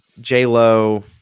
J-Lo